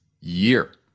year